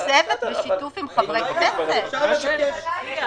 צריך לבקש גם ועדת חקירה ממלכתית וגם ועדת מנכ"לים בינתיים.